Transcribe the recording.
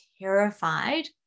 terrified